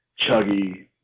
chuggy